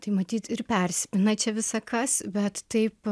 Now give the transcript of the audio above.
tai matyt ir persipina čia visa kas bet taip